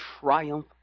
triumph